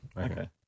Okay